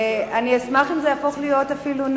אני אשמח אפילו אם זה יהפוך להיות נוהל